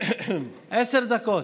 עשר דקות.